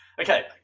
Okay